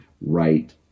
right